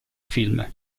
film